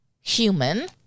human